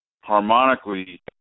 harmonically